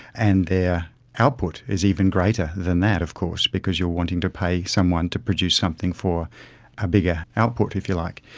and their output is even greater than that of course because you are wanting to pay someone to produce something for a bigger output, if you like.